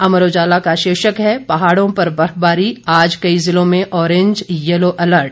अमर उजाला का शीर्षक है पहाड़ों पर बर्फबारी आज कई जिलों में ऑरेंज येलो अलर्ट